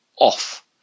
off